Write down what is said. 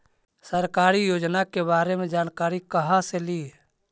सरकारी योजना के बारे मे जानकारी कहा से ली?